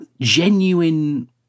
genuine